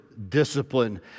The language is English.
discipline